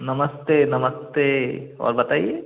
नमस्ते नमस्ते और बताइए